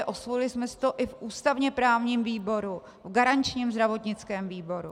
Osvojili jsme si to i v ústavněprávním výboru, v garančním zdravotnickém výboru.